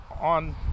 on